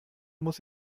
muss